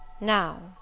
Now